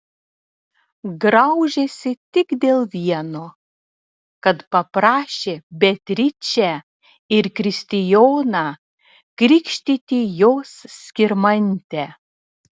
graužėsi tik dėl vieno kad paprašė beatričę ir kristijoną krikštyti jos skirmantę